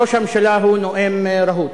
ראש הממשלה הוא נואם רהוט,